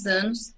anos